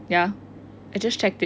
ya I just checked it